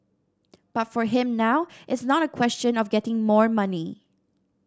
but for him now it's not a question of getting more money